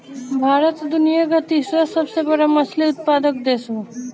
भारत दुनिया का तीसरा सबसे बड़ा मछली उत्पादक देश बा